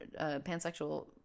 pansexual